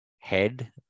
head